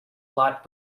lot